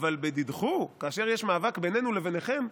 "אבל בדידכו" כאשר המאבק בינינו לבינכם,